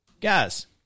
guys